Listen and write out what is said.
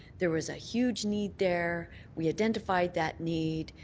there was a huge need there. we identified that need.